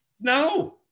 No